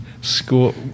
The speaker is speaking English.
School